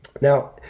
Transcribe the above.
Now